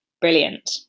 brilliant